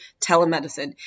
telemedicine